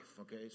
Okay